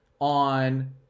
on